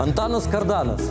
antanas kardanas